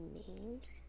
names